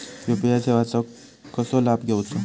UPI सेवाचो कसो लाभ घेवचो?